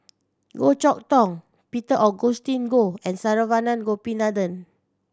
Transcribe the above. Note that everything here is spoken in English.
Goh Chok Tong Peter Augustine Goh and Saravanan Gopinathan